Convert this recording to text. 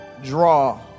draw